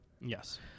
Yes